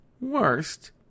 worst